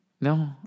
No